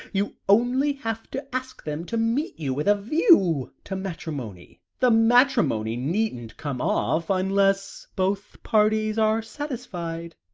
you only have to ask them to meet you with a view to matrimony the matrimony needn't come off, unless both parties are satisfied.